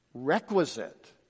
requisite